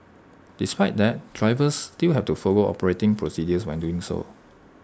despite that drivers still have to follow operating procedures when doing so